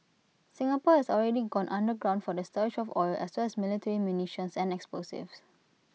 Singapore has already gone underground for the storage of oil as well as military munitions and explosives